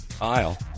aisle